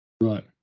right